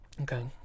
Okay